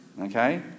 okay